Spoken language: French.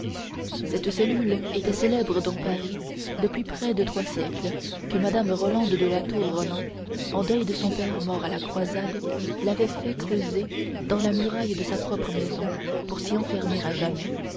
cette cellule était célèbre dans paris depuis près de trois siècles que madame rolande de la tour roland en deuil de son père mort à la croisade l'avait fait creuser dans la muraille de sa propre maison pour s'y enfermer à jamais